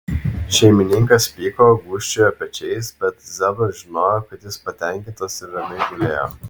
šeimininkas pyko gūžčiojo pečiais bet zebras žinojo kad jis patenkintas ir ramiai gulėjo